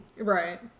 Right